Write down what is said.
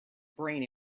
brain